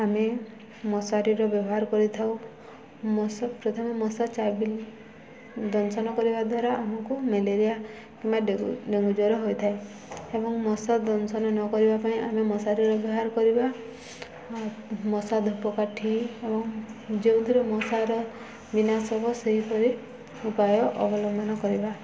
ଆମେ ମଶାରୀର ବ୍ୟବହାର କରିଥାଉ ମଶା ପ୍ରଥମେ ମଶା ଚାବିଲେ ଦଂଶନ କରିବା ଦ୍ୱାରା ଆମକୁ ମ୍ୟାଲେରିଆ କିମ୍ବା ଡେଙ୍ଗୁ ଜ୍ୱର ହୋଇଥାଏ ଏବଂ ମଶା ଦଂଶନ ନ କରିବା ପାଇଁ ଆମେ ମଶାରୀର ବ୍ୟବହାର କରିବା ମଶା ଧୂପକାଠି ଏବଂ ଯେଉଁଥିରୁ ମଶାର ବିନାଶ ସେହିପରି ଉପାୟ ଅବଲମ୍ବନ କରିବା